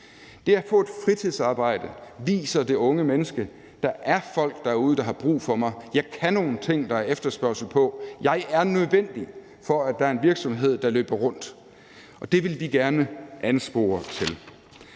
Det at få et fritidsarbejde viser det unge menneske: Der er folk derude, der har brug for mig, jeg kan nogle ting, der er efterspørgsel på, jeg er nødvendig for, at en virksomhed løber rundt. Og det vil vi gerne anspore til.